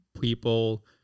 people